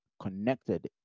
connected